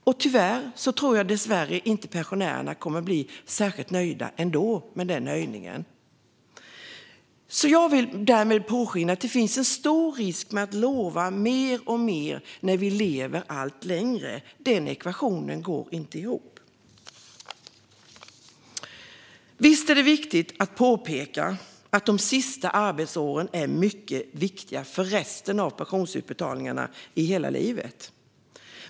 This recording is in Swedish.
Dessvärre tror jag att pensionärerna ändå inte kommer att bli särskilt nöjda med den höjningen. Det finns en stor risk med att lova mer och mer, när vi vet att vi lever allt längre. Den ekvationen går inte ihop. Visst är det viktigt att påpeka att de sista arbetsåren är mycket viktiga för resten av livets pensionsutbetalningar.